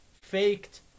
faked